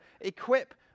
equip